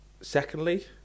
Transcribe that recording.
secondly